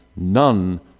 none